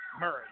Murray